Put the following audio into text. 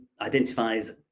identifies